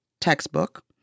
textbook